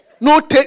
No